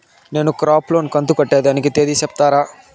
నేను crop loan కంతు కట్టేదానికి తేది సెప్తారా?